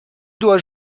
dois